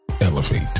elevate